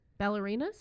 Ballerinas